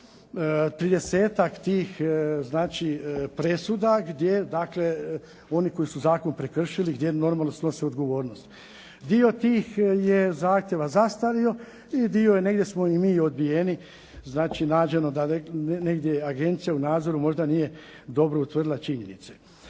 tih presuda gdje oni koji su zakon prekršili gdje normalno snose odgovornost. Dio tih je zahtjeva zastario i dio je negdje smo mi odbijeni. Znači nađeno je da agencija u nadzoru možda nije dobro utvrdila činjenice.